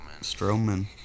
Stroman